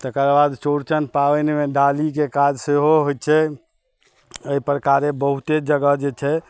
तकर बाद चौरचन पाबनिमे डालीके काज सेहो होइ छै अइ प्रकारे बहुते जगह जे छै